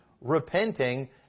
repenting